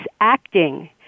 acting